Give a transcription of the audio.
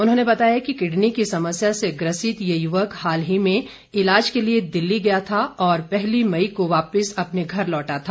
उन्होंने बताया कि किडनी की समस्या से ग्रसित ये युवक हाल ही में इलाज के लिए दिल्ली गया था और पहली मई को वापिस अपने घर लौटा था